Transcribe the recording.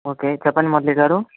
okay చెప్పండి మురళీ గారు